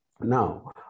Now